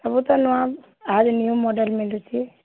ସବୁ ତ ନୂଆ ଆହୁରି ନ୍ୟୁ ମଡେଲ୍ ମୁିଲୁଛେ